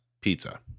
pizza